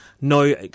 no